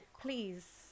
Please